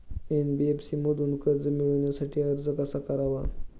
NBFC मधून कर्ज मिळवण्यासाठी अर्ज कसा करावा?